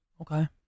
Okay